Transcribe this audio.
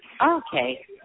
okay